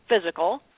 physical